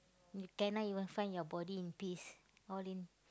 you cannot even find your body in peace all in